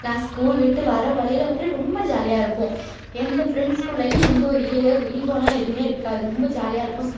class school விட்டு வர வழியில வர ரொம்ப ஜாலியாக இருக்கும் எந்த ஃப்ரெண்ட்ஸுக்குள்ளையும் எந்தவொரு ஈகோலாம் எதுவுமே இருக்காது ரொம்ப ஜாலியாக இருப்போம்